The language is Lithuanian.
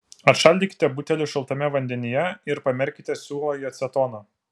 atšaldykite butelį šaltame vandenyje ir pamerkite siūlą į acetoną